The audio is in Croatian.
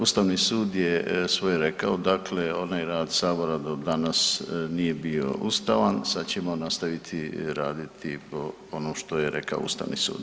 Ustavni sud je svoje rekao, dakle onaj rad sabora do danas nije bio ustavan, sad ćemo nastaviti raditi po onom što je rekao ustavni sud.